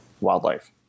wildlife